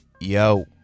yo